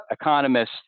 economists